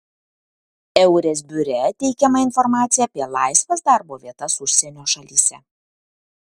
eures biure teikiama informacija apie laisvas darbo vietas užsienio šalyse